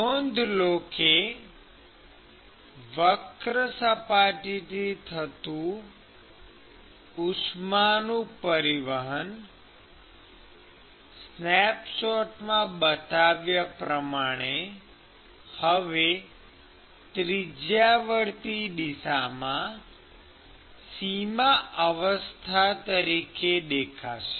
નોંધ લો કે વક્ર સપાટીથી થતું ઉષ્માનું પરિવહન સ્નેપશોટમાં બતાવ્યા પ્રમાણે હવે ત્રિજયાવર્તી દિશામાં સીમા અવસ્થા તરીકે દેખાશે